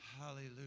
hallelujah